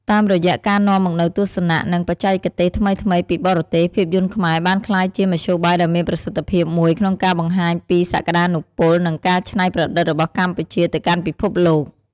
តាមរយៈការនាំមកនូវទស្សនៈ និងបច្ចេកទេសថ្មីៗ ពីបរទេស ភាពយន្តខ្មែរបានក្លាយជា មធ្យោបាយដ៏មានប្រសិទ្ធភាពមួយក្នុងការបង្ហាញពីសក្តានុពល និងការច្នៃប្រឌិតរបស់កម្ពុជាទៅកាន់ពិភពលោក។